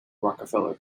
rockefeller